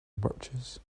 birches